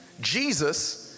Jesus